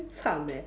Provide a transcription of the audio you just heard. very cham eh